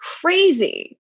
crazy